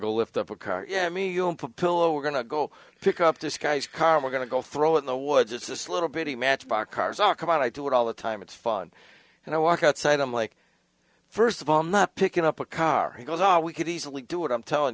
to lift up a car yeah i mean pillow we're going to go pick up this guy's com we're going to go throw in the woods it's this little bitty matchbox cars all come out i do it all the time it's fun and i walk outside i'm like first of all not picking up a car he goes all we could easily do it i'm telling